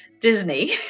disney